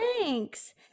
Thanks